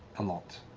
a lot,